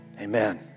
amen